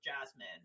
Jasmine